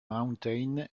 mountain